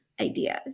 ideas